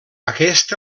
aquest